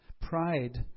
Pride